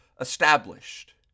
established